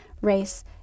race